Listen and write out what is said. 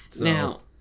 Now